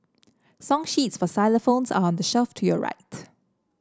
song sheets for xylophones are the shelf to your right